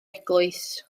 eglwys